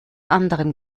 anderem